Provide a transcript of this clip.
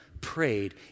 prayed